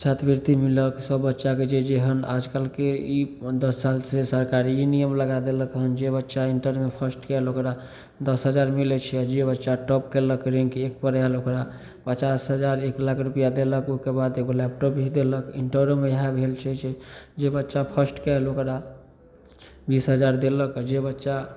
छात्रवृति मिलल सभ बच्चाकेँ जे जेहन आजकलके ई दस सालसे सरकार ई नियम लगा देलक हँ जे बच्चा इण्टरमे फर्स्ट कएल ओकरा दस हजार मिलै छै जे बच्चा टॉप कएलक रैङ्क एकपर आएल ओकरा पचास हजार एक लाख रुपैआ देलक ओहिके बाद एगो लैपटॉप भी देलक इण्टरोमे इएह भेल छै जे जे बच्चा फर्स्ट कएल बीस हजार देलक आओर जे बच्चा